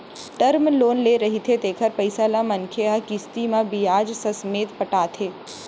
term loan ले रहिथे तेखर पइसा ल मनखे ह किस्ती म बियाज ससमेत पटाथे